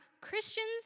Christians